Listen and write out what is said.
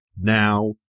now